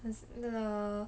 there's the